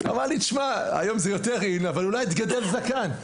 אמרה לי, היום זה יותר 'אין', אבל אולי תגדל זקן.